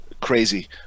crazy